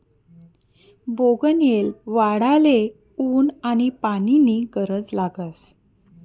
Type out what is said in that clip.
बोगनयेल वाढाले ऊन आनी पानी नी गरज लागस